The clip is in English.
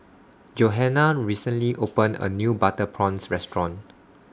Johannah recently opened A New Butter Prawns Restaurant